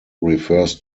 refers